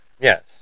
Yes